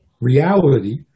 reality